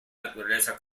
naturaleza